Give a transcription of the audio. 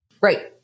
Right